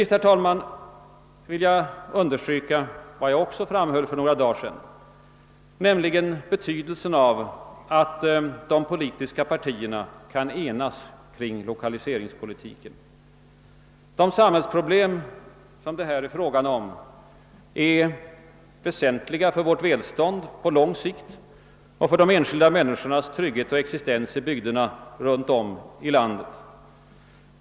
Slutligen vill jag understryka vad jag också framhöll för några dagar sedan, nämligen betydelsen av att de politiska partierna kan enas kring lokaliseringspolitiken. De samhällsproblem som det här är fråga om är väsentliga för vårt välstånd på lång sikt och för enskilda människors trygghet och existens i bygder runt om i landet.